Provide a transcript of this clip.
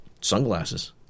sunglasses